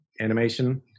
animation